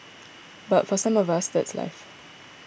but for some of us that's life